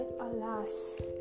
alas